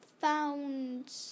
found